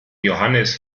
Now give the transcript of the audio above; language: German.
johannes